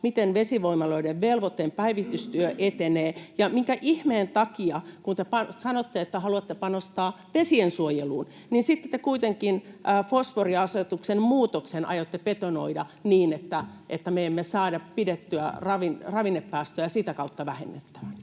miten vesivoimaloiden velvoitteiden päivitystyö etenee? Ja minkä ihmeen takia, kun te sanotte, että haluatte panostaa vesiensuojeluun, sitten kuitenkin fosforiasetuksen muutoksen aiotte betonoida, niin että me emme saa ravinnepäästöjä sitä kautta vähenemään?